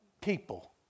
people